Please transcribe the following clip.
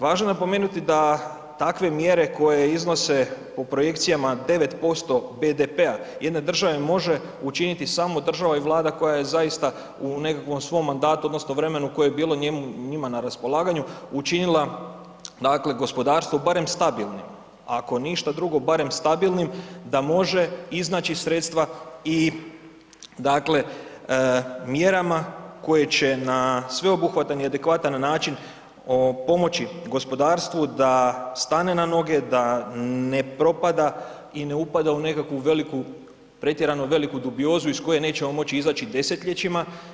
Važno je napomenuti da takve mjere koje iznose po projekcijama 9% BDP-a jedne države može učiniti samo država i Vlada koja je zaista u nekom svom mandatu odnosno vremenu koje je bilo njima na raspolaganju učinila gospodarstvo barem stabilnim, ako ništa drugom barem stabilnim da može iznaći sredstava i mjerama koje će na sveobuhvatan i adekvatan način pomoći gospodarstvu da stane na noge, da ne propada i da ne upada u nekakvu pretjerano veliku dubiozu iz koje nećemo moći izaći desetljećima.